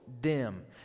dim